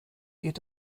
geht